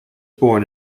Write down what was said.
born